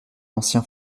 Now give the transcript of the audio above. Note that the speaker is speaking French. ancien